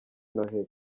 noheli